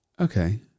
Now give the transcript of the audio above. Okay